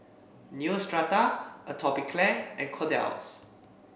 Neostrata Atopiclair and Kordel's